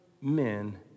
men